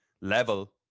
level